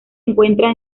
encuentra